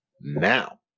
Now